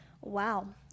Wow